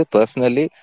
Personally